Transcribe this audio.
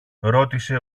ρώτησε